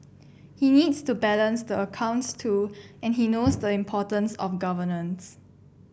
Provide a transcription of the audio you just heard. he needs to balance the accounts too and he knows the importance of governance